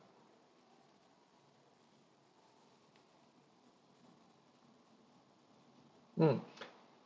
mm